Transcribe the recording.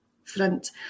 front